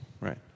right